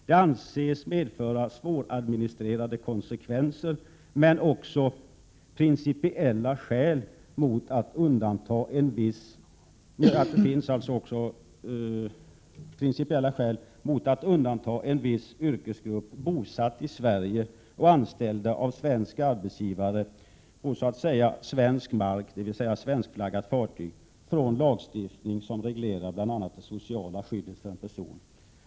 Det anses medföra svåradministrerade konsekvenser, men det finns också principiella skäl mot att undanta en viss yrkesgrupp, personer bosatta i Sverige och anställda av svenska arbetsgivare på så att säga svensk mark, dvs. svenskflaggade fartyg, från lagstiftning som reglerar bl.a. det sociala skyddet.